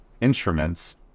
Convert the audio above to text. instruments